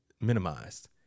minimized